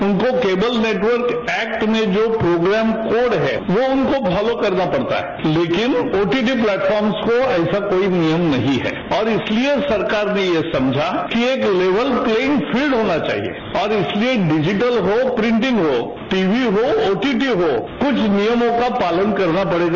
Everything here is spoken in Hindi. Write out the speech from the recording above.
उनको केबल नेटवर्क एक्ट में जो प्रोग्राम कोड है वो उनको फॉलो करना पड़ता है लेकिन ओटीपी प्लेटफॉर्म्स को ऐसा कोई नियम नहीं है और इसलिए सरकार ने ये समझा कि एक लेवल प्ले यिंग फील्ड होना चाहिए और इसलिए डिजिटल हो प्रिटिंग हो टीवी हो ओटीटी हो कुछ नियमों का पालन करना पड़ेगा